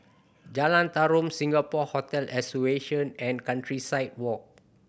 Jalan Tarum Singapore Hotel Association and Countryside Walk